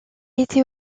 était